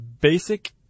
basic